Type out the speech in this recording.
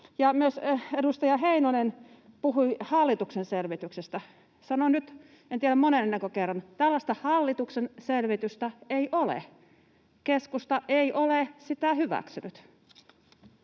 Myös edustaja Heinonen puhui hallituksen selvityksestä. Sanon nyt, en tiedä monennenko kerran: Tällaista hallituksen selvitystä ei ole. Keskusta ei ole sitä hyväksynyt.